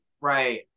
Right